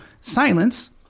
silence